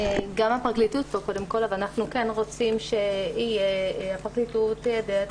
גם הפרקליטות פה ואנחנו רוצים שהפרקליטות תיידע את